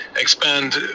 expand